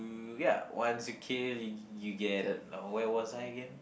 uh ya once you kill you you get where was I again